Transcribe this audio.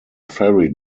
ferry